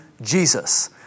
Jesus